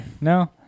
No